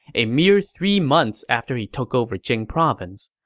a mere three months after he took over jing province.